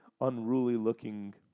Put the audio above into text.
unruly-looking